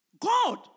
God